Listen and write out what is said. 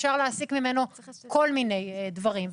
אפשר להסיק ממנו כל מיני דברים.